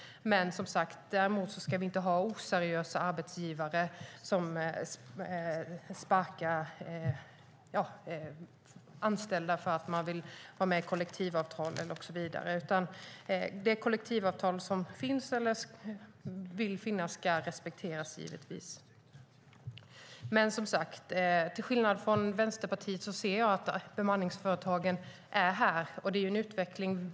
Däremot ska vi, som sagt, inte ha oseriösa arbetsgivare som sparkar anställda för att de vill ha kollektivavtal och så vidare. De kollektivavtal som finns eller som man vill ska finnas ska givetvis respekteras. Till skillnad från Vänsterpartiet ser jag att bemanningsföretagen är här för att stanna, och det är en utveckling.